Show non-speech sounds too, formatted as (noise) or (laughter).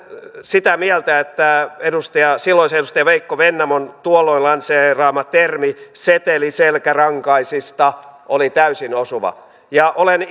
sitä mieltä että silloisen edustaja veikko vennamon tuolloin lanseeraama termi seteliselkärankaisista oli täysin osuva ja olen (unintelligible)